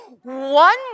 One